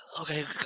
Okay